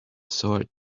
sword